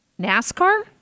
NASCAR